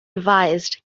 advised